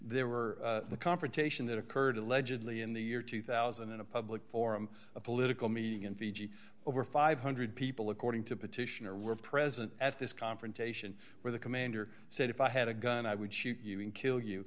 there were the confrontation that occurred allegedly in the year two thousand in a public forum a political meeting in fiji over five hundred dollars people according to petitioner are present at this confrontation where the commander said if i had a gun i would shoot you and kill you